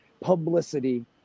publicity